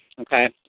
Okay